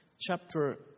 chapter